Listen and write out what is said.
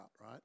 right